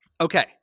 Okay